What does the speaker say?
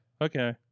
Okay